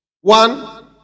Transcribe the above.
One